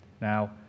Now